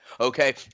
Okay